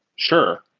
sure.